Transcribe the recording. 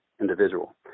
individual